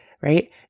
Right